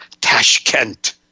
Tashkent